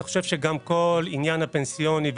אתה חושב שגם כל העניין הפנסיוני,